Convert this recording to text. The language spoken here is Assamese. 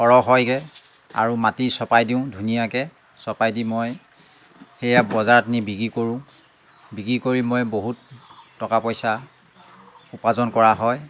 সৰহ হয়গৈ আৰু মাটি চপাই দিওঁ ধুনীয়াকৈ চপাই দি মই সেয়া বজাৰত নি বিক্ৰী কৰোঁ বিক্ৰী কৰি মই বহুত টকা পইচা উপাৰ্জন কৰা হয়